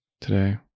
today